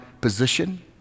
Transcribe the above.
position